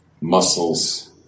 Muscles